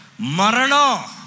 Marano